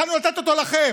יכולנו לתת אותו לכם.